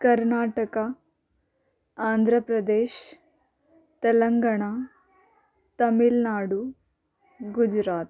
Karnataka Andhra Pradesh Telangana Tamil Nadu Gujarat